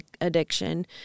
addiction